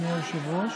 אדוני היושב-ראש?